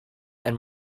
and